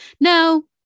no